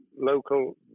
local